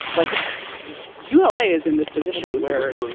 like ula is in this position where